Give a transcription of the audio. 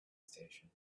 station